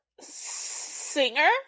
Singer